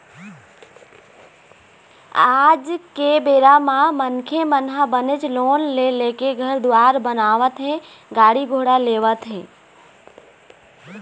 आज के बेरा म मनखे मन ह बनेच लोन ले लेके घर दुवार बनावत हे गाड़ी घोड़ा लेवत हें